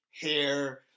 hair